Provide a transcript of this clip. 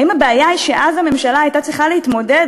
האם הבעיה היא שאז הממשלה הייתה צריכה להתמודד,